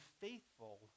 faithful